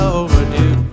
overdue